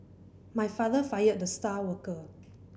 my father fired the star worker